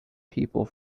people